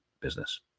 business